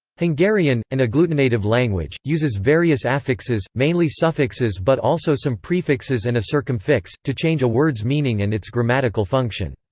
hungarian, an agglutinative language, uses various affixes, mainly suffixes but also some prefixes and a circumfix, to change a word's meaning and its grammatical function.